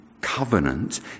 covenant